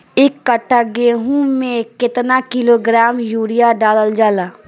एक कट्टा गोहूँ में केतना किलोग्राम यूरिया डालल जाला?